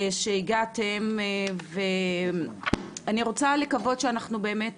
שהגעתם ואני רוצה לקוות שאנחנו באמת